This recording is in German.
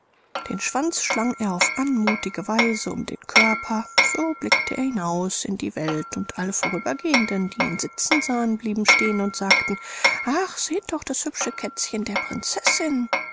den schwanz schlang er auf anmuthige weise um den körper so blickte er hinaus in die welt und alle vorübergehenden die ihn sitzen sahen blieben stehen und sagten ach seht doch das hübsche kätzchen der prinzessin